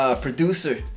producer